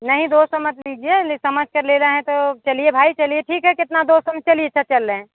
नहीं दो सौ मत लीजिए ये समझ से ले रहे हैं तो चलिए भाई चलिए ठीक है कितना दो सौ में चलिए सब चल रहे हैं